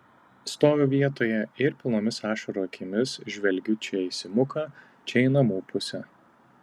stoviu vietoje ir pilnomis ašarų akimis žvelgiu čia į simuką čia į namų pusę